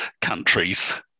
countries